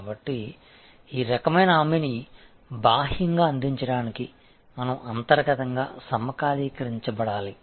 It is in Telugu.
కాబట్టి ఈ రకమైన హామీని బాహ్యంగా అందించడానికి మనం అంతర్గతంగా సమకాలీకరించబడాలి